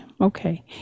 okay